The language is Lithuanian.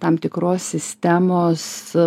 tam tikros sistemos